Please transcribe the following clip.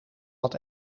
wat